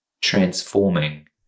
transforming